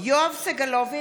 נגד יואב סגלוביץ'